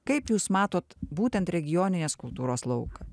kaip jūs matot būtent regioninės kultūros lauką